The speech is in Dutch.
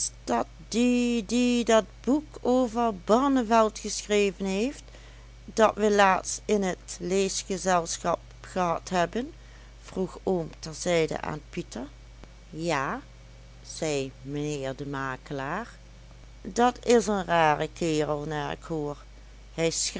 die die dat boek over barneveld geschreven heeft dat we laatst in het leesgezelschap gehad hebben vroeg oom terzijde aan pieter ja zei mijnheer de makelaar dat is een rare kerel naar ik hoor hij